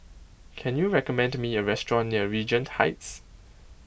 can you recommend me a restaurant near Regent Heights